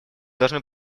должны